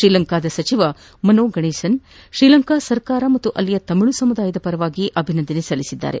ಶ್ರೀಲಂಕಾದ ಸಚಿವ ಮನೋ ಗಣೇಶನ್ ಶ್ರೀಲಂಕಾ ಸರ್ಕಾರ ಮತ್ತು ಅಲ್ಲಿಯ ತಮಿಳು ಸಮುದಾಯದ ಪರವಾಗಿ ಅಭಿನಂದನೆ ಸಲ್ಲಿಸಿದ್ದಾರೆ